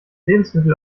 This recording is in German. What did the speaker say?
lebensmittel